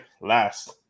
last